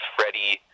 Freddie